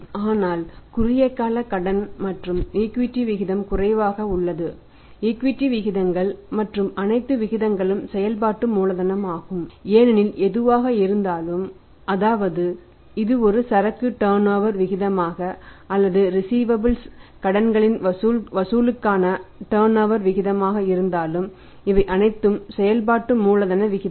ஆனால் குறுகிய கால கடன் மற்றும் ஈக்விட்டி விதமாக இருந்தாலும் இவை அனைத்தும் செயல்பாட்டு மூலதன விகிதங்கள்